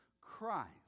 Christ